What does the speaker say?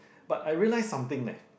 but I realise something leh